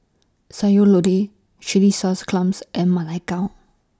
Sayur Lodeh Chilli Sauce Clams and Ma Lai Gao